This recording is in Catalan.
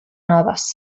noves